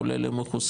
העולה לא מכוסה,